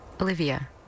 Olivia